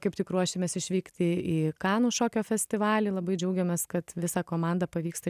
kaip tik ruošėmės išvykti į kanų šokio festivalį labai džiaugiamės kad visą komandą pavyksta